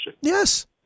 Yes